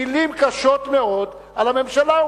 מלים קשות מאוד על הממשלה.